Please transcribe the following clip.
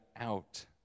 out